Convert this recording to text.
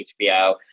HBO